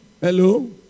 Hello